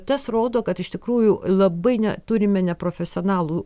tas rodo kad iš tikrųjų labai ne turime neprofesionalų